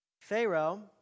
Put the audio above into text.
Pharaoh